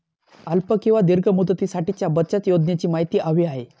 अल्प किंवा दीर्घ मुदतीसाठीच्या बचत योजनेची माहिती हवी आहे